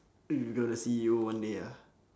you got the C_E_O one day ah